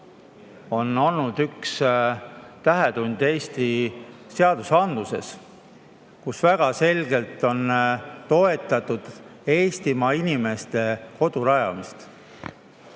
on olnud üks tähetund Eesti seadusandluses, millega väga selgelt on toetatud Eestimaa inimeste kodu rajamist.